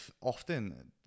often